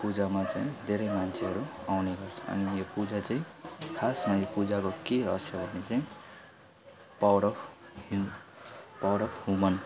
पूजामा चाहिँ धेरै मान्छेहरू आउने गर्छ अनि यो पूजा चाहिँ खासमा यो पूजाको के रहस्य भने चाहिँ power of hue power of woman